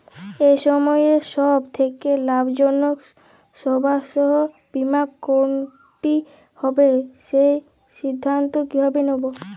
এই সময়ের সব থেকে লাভজনক স্বাস্থ্য বীমা কোনটি হবে সেই সিদ্ধান্ত কীভাবে নেব?